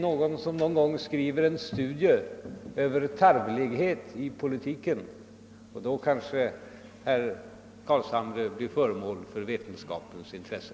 Någon kanske någon gång skriver en studie över tarvlighet i politiken, och då kanske herr Carlshamre blir föremål för vetenskapens intresse.